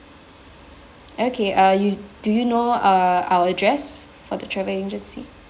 okay uh you do you know uh our address for the travel agency